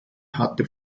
hatte